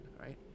right